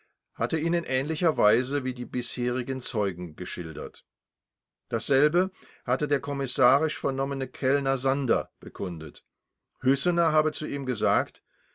hatte ihn in ähnlicher waise wie die bisherigen zeugen geschildert dasselbe hatte der kommissarisch vernommene kellner sander bekundet hüssener habe zu ihm gesagt